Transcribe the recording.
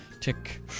Tick